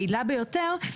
קיבלתי.